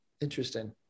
Interesting